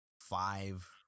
five